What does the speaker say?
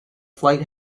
flight